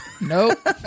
nope